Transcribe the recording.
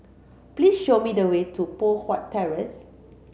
please show me the way to Poh Huat Terrace